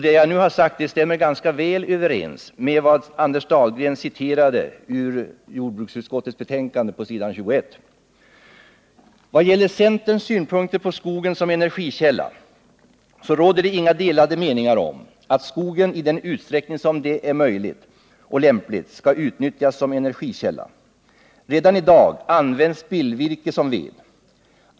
Det jag nu har sagt stämmer ganska väl överens med vad Anders Dahlgren citerade från s. 21 i jordbruksutskottets betänkande. Vad gäller centerns synpunkter på skogen som energikälla råder det inga delade meningar om att skogen i den utsträckning som det är möjligt och lämpligt skall utnyttjas som energikälla. Redan i dag används spillvirke som ved.